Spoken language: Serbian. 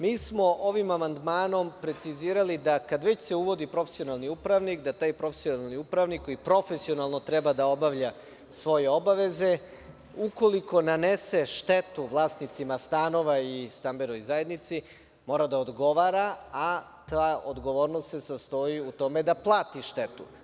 Mi smo ovim amandmanom precizirali da kada se već uvodi profesionalni upravnik, da taj profesionalni upravnik, koji profesionalno treba da obavlja svoje obaveze, ukoliko nanese štetu vlasnicima stanova i stambenoj zajednici, mora da odgovara, a ta odgovornost se sastoji u tome da plati štetu.